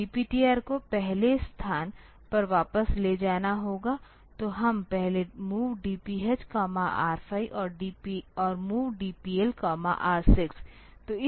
तो DPTR को पहले स्थान पर वापस ले जाना होगा तो हम पहले MOV DPH R5 और MOV DPL R6